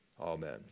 Amen